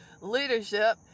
leadership